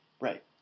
Right